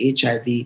HIV